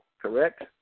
Correct